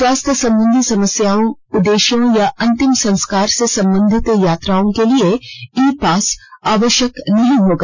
स्वास्थ्य संबंधी समस्याओं उदेश्यों या अंतिम संस्कार से संबंधित यात्राओं के लिए ई पास आवश्यक नहीं होगा